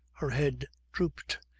her head drooped,